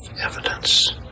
evidence